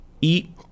eat